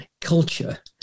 culture